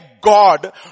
God